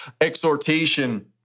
exhortation